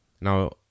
Now